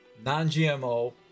non-gmo